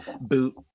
boot